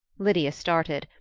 lydia started.